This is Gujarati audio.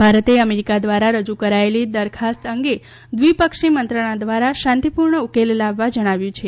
ભારતે અમેરિકા દ્વારા રજૂ કરાયેલી દરખાસ્ત અંગે દ્વિપક્ષી મંત્રણા દ્વારા શાંતિપૂર્ણ ઉકેલ લાવવા જણાવ્યું છે